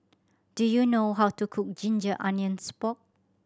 do you know how to cook ginger onions pork